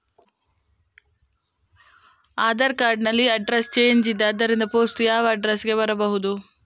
Aadhaar card ನಲ್ಲಿ address change ಇದೆ ಆದ್ದರಿಂದ ಪೋಸ್ಟ್ ಯಾವ ಅಡ್ರೆಸ್ ಗೆ ಬರಬಹುದು?